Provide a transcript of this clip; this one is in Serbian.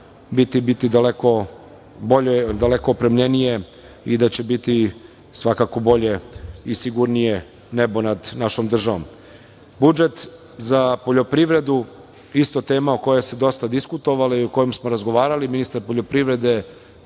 bolja, daleko opremljenija i svakako bolje i sigurnije nebo nad našom državom. Budžet za poljoprivredu je isto tema o kojoj se dosta diskutovalo i o kojoj smo razgovarali. Ministar poljoprivrede